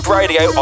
Radio